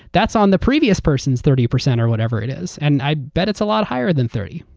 that's on the previous person's thirty percent or whatever it is. and i bet it's a lot higher than thirty